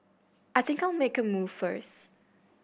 I think I'll make a move first